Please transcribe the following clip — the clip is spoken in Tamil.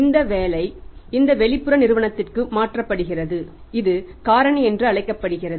இந்த வேலை இந்த வெளிப்புற நிறுவனத்திற்கு மாற்றப்படுகிறது இது காரணி என்று அழைக்கப்படுகிறது